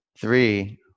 three